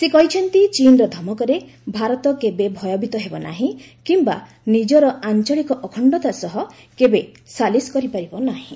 ସେ କହିଛନ୍ତି ଚୀନ୍ର ଧମକରେ ଭାରତ କେବେ ଭୟଭୀତ ହେବନାହିଁ କିମ୍ବା ନିଜର ଆଞ୍ଚଳିକ ଅଖଣ୍ଡତା ସହ କେବେ ସାଲିସ୍ କରିପାରିବନାହିଁ